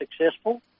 successful